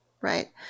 right